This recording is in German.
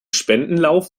spendenlauf